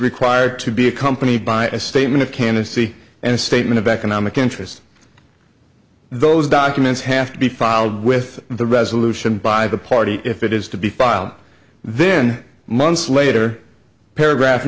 required to be accompanied by a statement of candidacy and a statement of economic interest those documents have to be filed with the resolution by the party if it is to be filed then months later paragraph